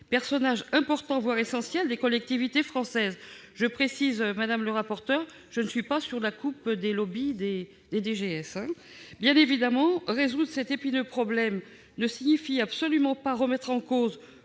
personnage important, voire essentiel, des collectivités françaises. Madame le rapporteur, je tiens à préciser que je ne suis pas sous la coupe du lobby des DGS. Bien évidemment, résoudre cet épineux problème ne signifie absolument pas remettre en cause